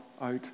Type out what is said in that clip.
out